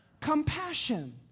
compassion